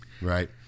right